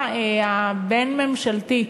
שהוועדה הבין-ממשלתית,